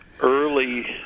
early